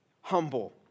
humble